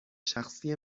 شخصی